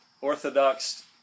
Orthodox